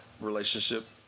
relationship